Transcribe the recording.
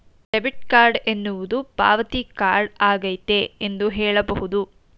debit card ಎನ್ನುವುದು ಪಾವತಿ card ಆಗೈತೆ ಎಂದು ಹೇಳಬಹುದು